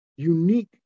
unique